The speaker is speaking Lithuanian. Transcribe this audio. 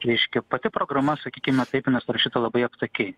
reiškia pati programa sakykime taip parašyta labai aptakiai